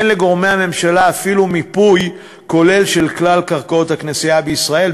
אין לגורמי הממשלה אפילו מיפוי כולל של כלל קרקעות הכנסייה בישראל.